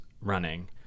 running